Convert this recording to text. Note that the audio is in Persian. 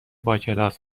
باکلاس